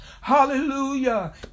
Hallelujah